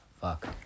fuck